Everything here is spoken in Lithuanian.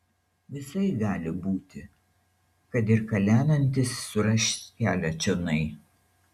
visai gali būti kad ir kalenantis suras kelią čionai